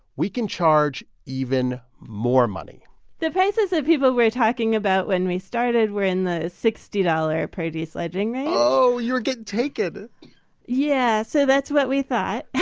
we can charge even more money the prices that people were talking about when we started were in the sixty dollars per desludging range oh, you were getting taken yeah. so that's what we thought